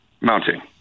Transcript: mounting